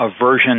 aversion